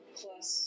plus